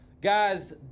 Guys